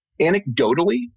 Anecdotally